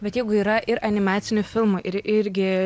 bet jeigu yra ir animacinių filmų ir irgi